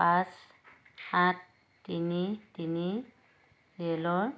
পাঁচ সাত তিনি তিনি ৰে'লৰ